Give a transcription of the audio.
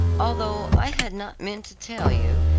although i had not meant to tell you,